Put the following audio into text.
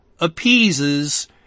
appeases